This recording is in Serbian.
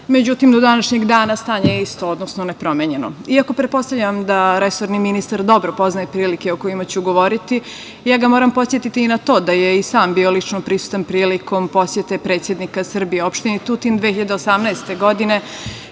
Međutim, do današnjeg dana stanje je isto, odnosno nepromenjeno. Iako pretpostavljam da resorni ministar dobro poznaje prilike o kojima ću govoriti, ja ga moram podsetiti na to da je i sam bio lično prisutan prilikom posete predsednika Srbije opštini Tutin 2018. godine,